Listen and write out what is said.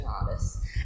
artists